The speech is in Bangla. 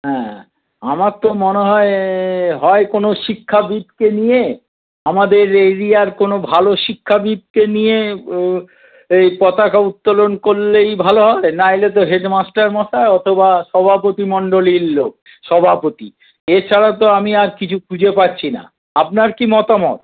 হ্যাঁ আমার তো মনে হয় হয় কোন শিক্ষাবিদকে নিয়ে আমাদের এরিয়ার কোন ভালো শিক্ষাবিদকে নিয়ে এই পতাকা উত্তোলন করলেই ভালো হয় নইলে তো হেডমাস্টারমশাই অথবা সভাপতিমন্ডলীর লোক সভাপতি এছাড়া তো আমি আর কিছু খুঁজে পাচ্ছি না আপনার কী মতামত